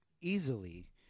easily